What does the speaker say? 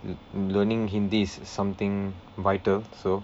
learning hindi is something vital so